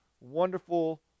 wonderful